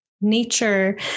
Nature